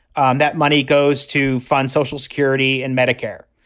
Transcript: um that money goes to fund social security and medicare.